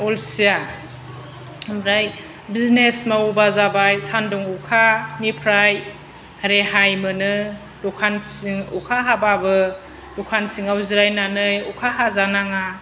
अलसिया ओमफ्राय बिजिनेस मावोबा जाबाय सानदुं अखानिफ्राय रेहाय मोनो दखानसिम अखा हाबाबो दखान सिङाव जिरायनानै अखा हाजानाङा